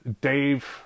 Dave